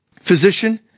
physician